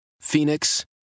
Phoenix